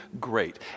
great